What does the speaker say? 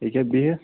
ییٚکیاہ بیٚہِتھ